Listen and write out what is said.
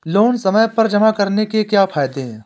Loan समय पर जमा कराने के क्या फायदे हैं?